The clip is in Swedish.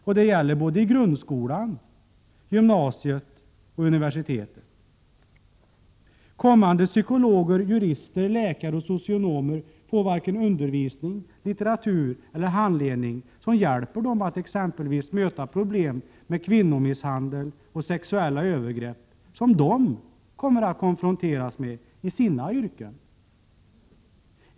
Detta gäller både i grundskolan och i gymnasiet samt vid universiteten. Blivande psykologer, jurister, läkare och socionomer får varken undervisning, litteratur eller handledning, som hjälper dem att exempelvis möta problem med kvinnomisshandel och sexuella övergrepp, problem som de kommer att konfronteras med i sina yrken.